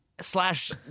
Slash